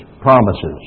promises